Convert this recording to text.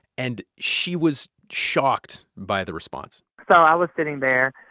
and she was shocked by the response so i was sitting there,